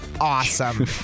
awesome